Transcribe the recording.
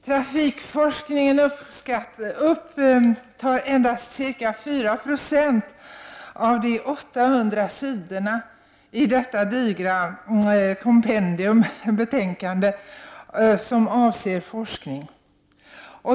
Trafikforskningen upptar endast ca 4 96 av de 800 sidorna i detta digra betänkande som avser forskning.